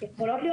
יכולות להיות